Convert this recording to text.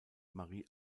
marie